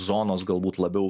zonos galbūt labiau